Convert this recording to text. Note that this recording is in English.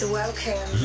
welcome